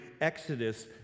Exodus